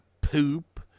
poop